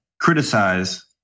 criticize